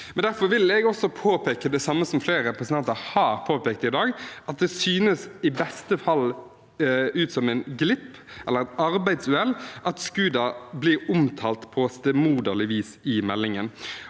Derfor vil jeg også påpeke det samme som flere representanter har påpekt i dag, at det i beste fall synes som en glipp eller et arbeidsuhell at SKUDA blir omtalt på stemoderlig vis i meldingen.